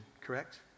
correct